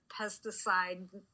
pesticide